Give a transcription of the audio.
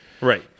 Right